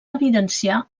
evidenciar